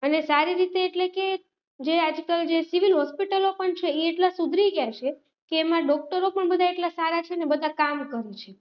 અને સારી રીતે એટલે કે જે આજકલ જે સિવિલ હોસ્પિટલો પણ છે એ એટલા સુધરી ગયા છે કે એમા ડૉક્ટરો પણ બધાય એટલા સારા છે બધા કામ કરે છે